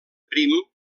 prim